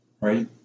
right